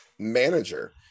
Manager